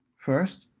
first,